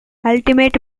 ultimate